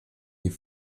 die